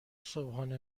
صبحانه